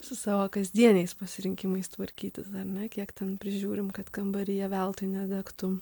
su savo kasdieniais pasirinkimais tvarkytis ar ne kiek ten prižiūrim kad kambaryje veltui nedegtų